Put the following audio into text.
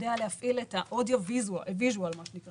ולהפעיל את האודיו ויז'ואל בסרט ארוך